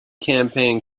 campaign